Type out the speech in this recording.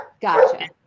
Gotcha